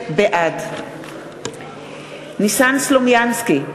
בעד ניסן סלומינסקי,